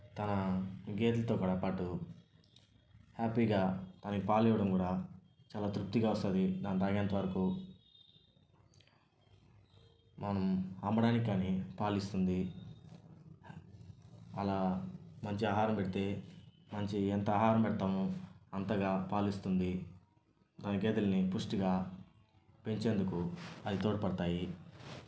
తన గేదెలతో కూడా పాటు హ్యాపీగా తనకు పాలు ఇవ్వడం కూడా చాలా తృప్తిగా వస్తుంది దాన్ని తాగేంతవరకు మనం అమ్మడానికి కానీ పాలు ఇస్తుంది అలా మంచి ఆహారం పెడితే మంచి ఎంత ఆహారం పెడతామో అంతగా పాలు ఇస్తుంది దాని గేదలని పుష్టిగా పెంచేందుకు అవి తోడ్పడతాయి